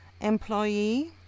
employee